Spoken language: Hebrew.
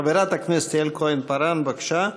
חברת הכנסת יעל כהן-פארן, בבקשה.